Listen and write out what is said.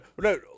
no